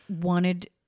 wanted